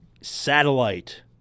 satellite